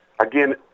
Again